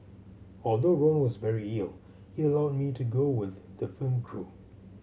although Ron was very ill he allowed me to go with the film crew